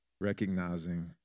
recognizing